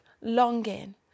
longing